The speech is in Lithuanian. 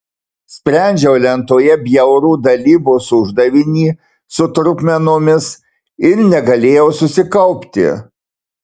sprendžiau lentoje bjaurų dalybos uždavinį su trupmenomis ir negalėjau susikaupti